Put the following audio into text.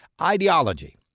ideology